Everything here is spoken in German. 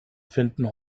finden